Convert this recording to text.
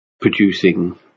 producing